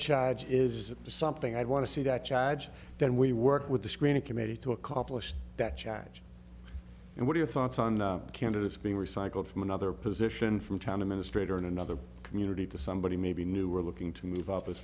charge is something i'd want to see that charge then we work with the screening committee to accomplish that chad and what are your thoughts on candidates being recycled from another position from tandem in a straight or in another community to somebody maybe new or looking to move up as